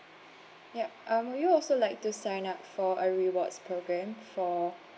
yup um would you also like to sign up for a rewards programme for